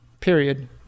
period